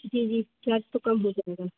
जी जी चार्ज तो कम हो जाएगा